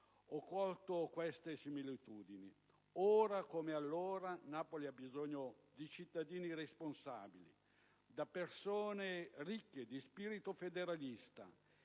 Ho colto questa similitudine. Ora, come allora, Napoli ha bisogno di cittadini responsabili, di persone ricche di spirito federalista